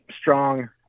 strong